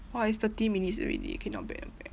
!wah! it's thirty minutes already K not bad not bad